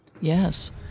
Yes